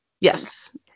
Yes